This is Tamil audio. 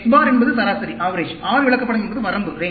X பார் என்பது சராசரி R விளக்கப்படம் என்பது வரம்பு